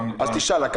ועכשיו זה תשעה חודשים.